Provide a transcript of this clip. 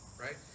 right